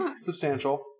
substantial